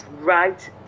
right